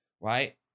right